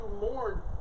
mourn